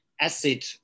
acid